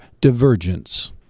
divergence